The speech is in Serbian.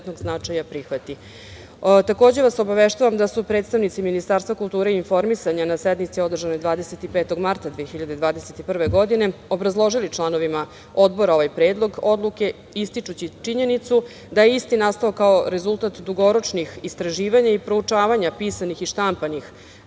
vas obaveštavam da su predstavnici Ministarstva kulture i informisanja, na sednici održanoj 25. marta 2021. godine, obrazložili članovima odborima, ovaj predlog odluke, ističući činjenicu da je isti nastao, kao rezultat dugoročnih istraživanja i proučavanja pisanih i štampanih